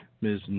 Ms